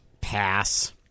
Pass